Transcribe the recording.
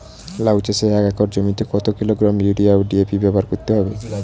লাউ চাষে এক একর জমিতে কত কিলোগ্রাম ইউরিয়া ও ডি.এ.পি ব্যবহার করতে হবে?